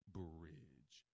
bridge